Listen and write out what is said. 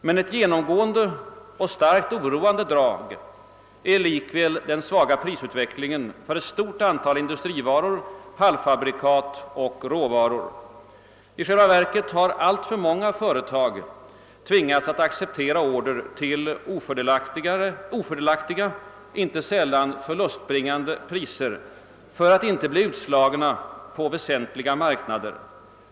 Men ett genomgående och starkt oroande drag är likväl den svaga prisutvecklingen för ett stort antal industrivaror, halvfabrikat och råvaror. I själva verket har alltför många företag tvingats att acceptera order till ofördelaktiga, inte sällan förlustbringande priser för att inte bli utslagna på väsentliga marknader.